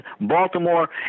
Baltimore